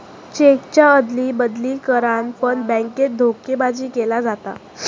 चेकच्या अदली बदली करान पण बॅन्केत धोकेबाजी केली जाता